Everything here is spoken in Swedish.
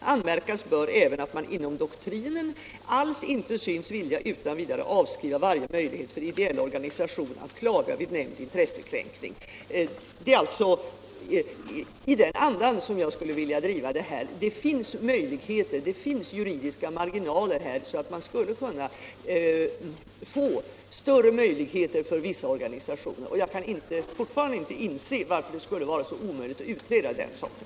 Anmärkas bör även att man inom doktrinen alls icke synes vilja utan vidare avskriva varje möjlighet för ideell organisation att klaga vid nämnd intressekränkning.” Det är i den andan som jag skulle vilja driva denna möjlighet. Det finns juridiska marginaler att ge större möjligheter för vissa organisationer. Jag kan fortfarande inte inse varför det skulle vara så omöjligt att utreda den saken.